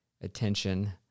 attention